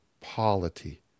polity